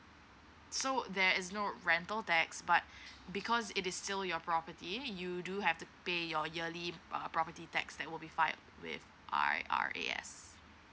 so there is no rental tax but because it is still your property you do have to pay your yearly uh property tax that will be filed with I_R_A_S